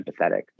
empathetic